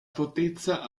fortezza